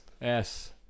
Yes